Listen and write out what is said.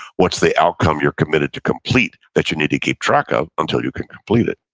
what's the outcome you're committed to complete, that you need to keep track of until you can complete it?